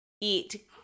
eat